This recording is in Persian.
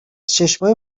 چشمای